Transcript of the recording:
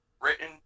written